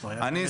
אני,